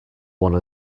one